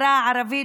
בחברה הערבית,